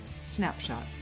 snapshot